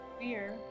beer